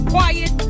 quiet